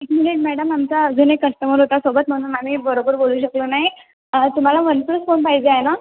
एक minute madam आमचा अजून एक कस्टमर होता सोबत म्हणून आम्ही बरोबर बोलू शकलो नाही तुम्हाला वनप्लस फोन पाहिजे आहे ना